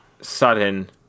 sudden